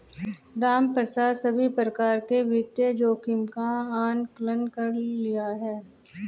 रामप्रसाद सभी प्रकार के वित्तीय जोखिम का आंकलन कर लिए है